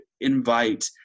invite